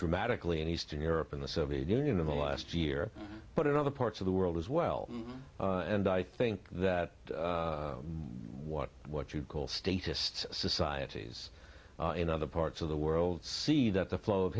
dramatically in eastern europe in the soviet union in the last year but in other parts of the world as well and i think that what what you call statists societies in other parts of the world see that the flow of